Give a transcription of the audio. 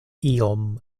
iom